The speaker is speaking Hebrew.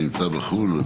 שנמצא בחו"ל.